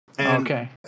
Okay